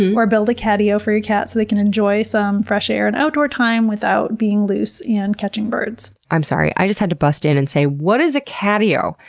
or build a catio for your cat so they can enjoy some fresh air and outdoor time without being loose and catching birds. i'm sorry, just had to bust in and say what is a catio?